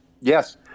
Yes